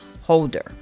holder